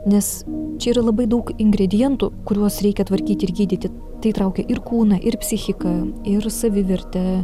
nes čia yra labai daug ingredientų kuriuos reikia tvarkyt ir gydyti tai įtraukia ir kūną ir psichiką ir savivertę